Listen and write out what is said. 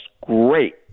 great